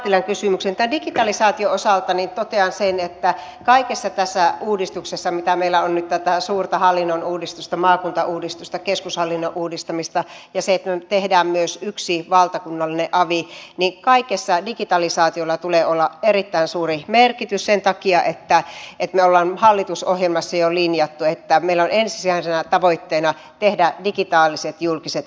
tämän digitalisaation osalta totean sen että kaikessa tässä uudistuksessa mitä meillä on nyt tätä suurta hallinnon uudistusta maakuntauudistusta keskushallinnon uudistamista ja sitä että me teemme myös yhden valtakunnallisen avin digitalisaatiolla tulee olla erittäin suuri merkitys sen takia että me olemme jo hallitusohjelmassa linjanneet että meillä on ensisijaisena tavoitteena tehdä digitaaliset julkiset palvelut